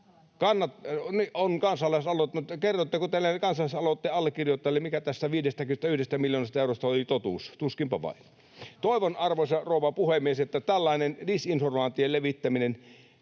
kansalaisaloite, mutta kerrotteko te näille kansalaisaloitteen allekirjoittajille, mikä tästä 51 miljoonasta eurosta oli totuus? Tuskinpa vain. Toivon, arvoisa rouva puhemies, että tällainen disinformaation levittäminen